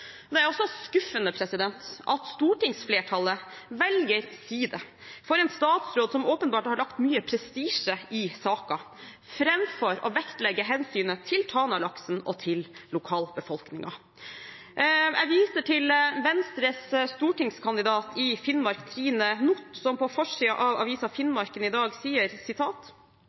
Det er også skuffende at stortingsflertallet velger side for en statsråd som åpenbart har lagt mye prestisje i saken, framfor å vektlegge hensynet til Tana-laksen og til lokalbefolkningen. Jeg viser til Venstres stortingskandidat i Finnmark, Trine Noodt, som på forsiden av avisen Finnmarken i dag sier: